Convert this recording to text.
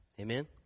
Amen